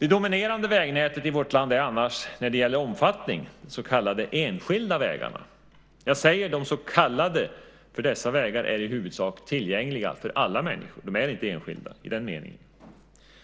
Det dominerande vägnätet i vårt land är när det gäller omfattning de så kallade enskilda vägarna. Jag säger de så kallade, för dessa vägar är i huvudsak tillgängliga för alla människor. De är inte enskilda i den meningen.